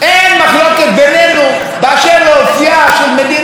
מדינת ישראל כמדינה יהודית ודמוקרטית.